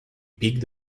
picked